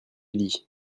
lis